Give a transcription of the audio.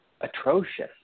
atrocious